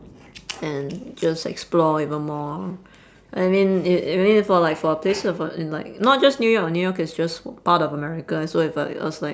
and just explore even more I mean it it mean for like for a place of uh in like not just new york new york is just part of america so if uh it was like